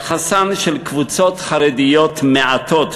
יחסן של קבוצות חרדיות מעטות,